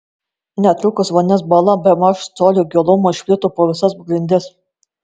netrukus vandens bala bemaž colio gilumo išplito po visas grindis